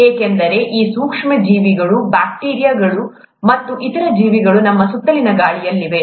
ಏಕೆಂದರೆ ಈ ಸೂಕ್ಷ್ಮ ಜೀವಿಗಳು ಬ್ಯಾಕ್ಟೀರಿಯಾಗಳು ಮತ್ತು ಇತರ ಜೀವಿಗಳು ನಮ್ಮ ಸುತ್ತಲಿನ ಗಾಳಿಯಲ್ಲಿವೆ